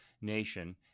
nation